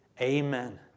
amen